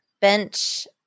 bench